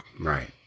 Right